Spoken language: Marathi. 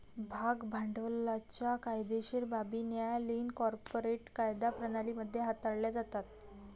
भाग भांडवलाच्या कायदेशीर बाबी न्यायालयीन कॉर्पोरेट कायदा प्रणाली मध्ये हाताळल्या जातात